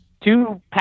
Two